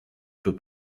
peut